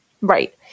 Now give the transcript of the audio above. Right